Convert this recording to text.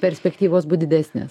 perspektyvos būt didesnės